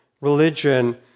religion